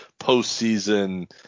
postseason